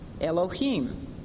Elohim